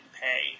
pay